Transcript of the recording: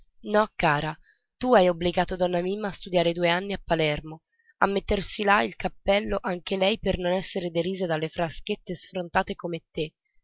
no cara tu hai obbligato donna mimma a studiare due anni a palermo a mettersi là il cappello anche lei per non esser derisa dalle fraschette sfrontate come te